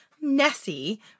Nessie